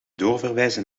doorverwijzen